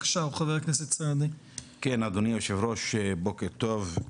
אדוני היושב ראש, בוקר טוב.